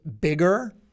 bigger